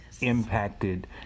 impacted